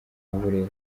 burera